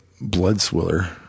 Bloodswiller